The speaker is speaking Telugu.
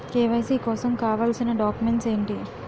కే.వై.సీ కోసం కావాల్సిన డాక్యుమెంట్స్ ఎంటి?